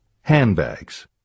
Handbags